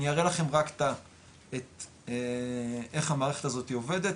אני אראה לכם רק איך המערכת הזאת עובדת,